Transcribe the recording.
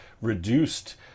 reduced